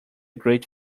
great